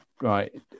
right